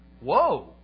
Whoa